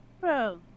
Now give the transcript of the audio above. Bro